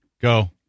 go